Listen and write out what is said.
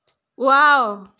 wow